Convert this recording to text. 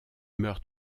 meurt